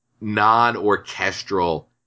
non-orchestral